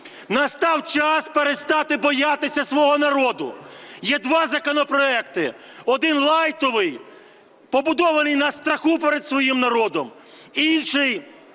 Настав час перестати боятися свого народу. Є два законопроекти: один лайтовий, побудований на страху перед своїм народом; і інший,